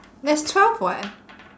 there's twelve [what]